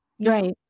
Right